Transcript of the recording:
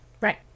Right